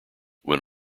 when